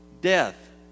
death